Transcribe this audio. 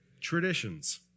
Traditions